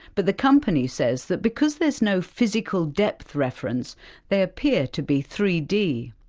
but the company says that because there's no physical depth reference they appear to be three d.